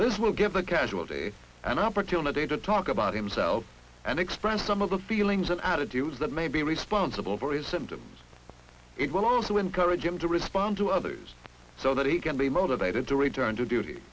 this will give the casualty an opportunity to talk about himself and express some of the feelings and attitudes that may be responsible for his symptoms it will also encourage him to respond to others so that he can be motivated to return to duty